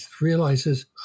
realizes